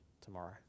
tomorrow